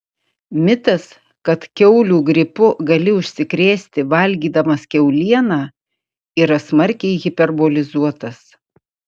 mitas kad kiaulių gripu gali užsikrėsti valgydamas kiaulieną yra smarkiai hiperbolizuotas